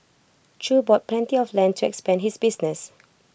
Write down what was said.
chew bought plenty of land trance Band his business